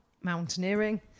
mountaineering